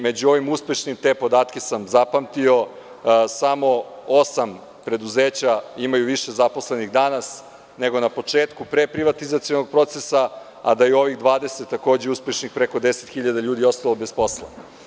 Među ovim uspešnim, te podatke sam zapamtio, samo osam preduzeća imaju više zaposlenih danas nego na početku preprivatizacionog procesa, a da je u ovih 20, takođe uspešnih, preko 10 hiljada ljudi ostalo bez posla.